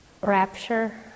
rapture